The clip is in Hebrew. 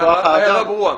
ההערה ברורה.